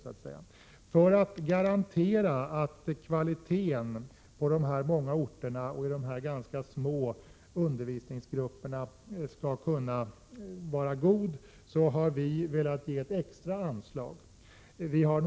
För att garantera en god kvalitet på undervisningen på de många orterna och deras ganska små undervisningsgrupper har vi velat ge ett extra anslag. Vi hart.ex.